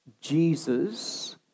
Jesus